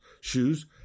shoes